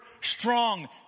strong